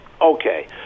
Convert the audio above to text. Okay